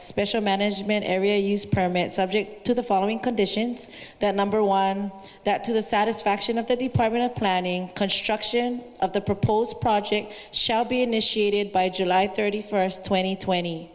special management area use permit subject to the following conditions that number one that to the satisfaction of the department of planning construction of the proposed project shall be initiated by july thirty twenty first twenty